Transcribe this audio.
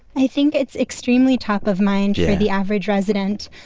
i think it's extremely top of mind. yeah. for the average resident.